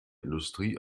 industrie